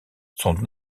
son